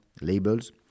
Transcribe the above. labels